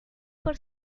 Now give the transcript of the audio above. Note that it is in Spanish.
por